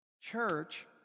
church